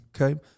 Okay